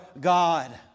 God